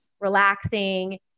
relaxing